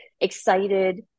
excited